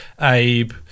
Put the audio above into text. Abe